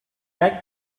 like